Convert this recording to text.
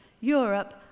Europe